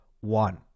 one